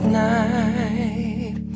night